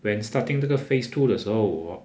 when starting 这个 phase two 的时候 hor